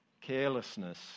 carelessness